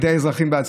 על ידי אזרחים בעצמם.